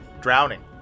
Drowning